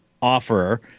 offerer